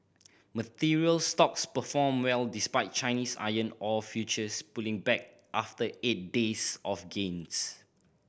materials stocks performed well despite Chinese iron ore futures pulling back after eight days of gains